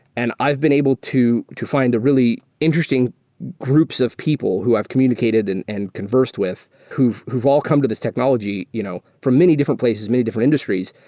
and i've been able to to find a really interesting groups of people who have communicated and and conversed with who've who've all come to this technology you know from many different places, many different industries,